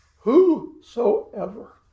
Whosoever